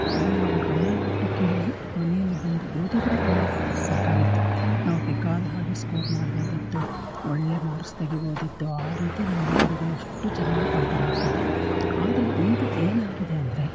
ಅದನ್ನು ನಾವು ಗಮನವಿಟ್ಟು ಕೇಳಿ ಮನೆಯಲ್ಲಿ ಬಂದು ಓದಿದ್ರೆ ನಮ್ಗೆ ಸಾಕಾಗಿತ್ತು ನಾವು ಬೇಕಾದ ಹಾಗೆ ಸ್ಕೋರ್ ಮಾಡ್ಬೋದಿತ್ತು ಒಳ್ಳೆಯ ಮಾರ್ಕ್ಸ್ ತೆಗಿಬೋದಿತ್ತು ಆ ರೀತಿ ನಮಗೆ ಗುರುಗಳು ಅಷ್ಟು ಚೆನ್ನಾಗಿ ಪಾಠ ಮಾಡ್ತಿದ್ದರು ಆದರೆ ಈಗ ಏನಾಗಿದೆ ಅಂದರೆ